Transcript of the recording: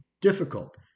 difficult